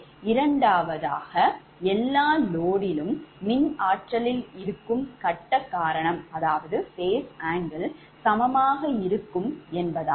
இரண்டாவது அனுமானமானது எல்லா loadயின் மின்ஆற்றலில் இருக்கும் கட்ட கோணம்சமமாக இருக்கும் என்பதாகும்